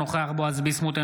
אינו נוכח בועז ביסמוט,